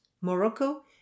Morocco